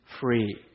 free